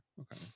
Okay